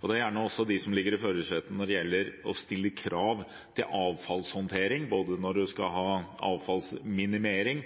førersetet. Det er gjerne også EU som er i førersetet når det gjelder å stille krav til avfallshåndtering når man skal ha både avfallsminimering,